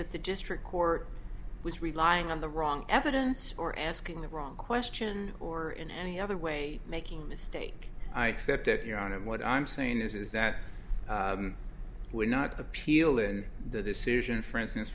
that the district court was relying on the wrong evidence or asking the wrong question or in any other way making a mistake i except that your honor and what i'm saying is that would not appeal in the decision for instance